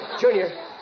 Junior